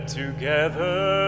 together